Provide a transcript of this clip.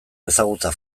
ezagutza